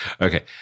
okay